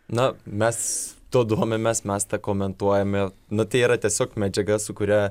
na mes tuo domimės mes tą komentuojame nu tai yra tiesiog medžiaga su kuria